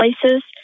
places